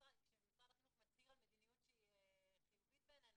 כשמשרד החינוך מצהיר על מדיניות שהיא חיובית בעינינו,